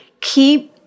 keep